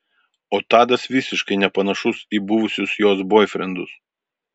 o tadas visiškai nepanašus į buvusius jos boifrendus